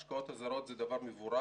השקעות הזרות זה דבר מבורך.